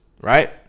Right